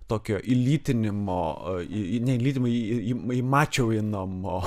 tokio įlytinimo į ne įlytinimo į į įmačiauinimo